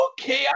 Okay